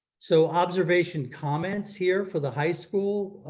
so observation comments here for the high school.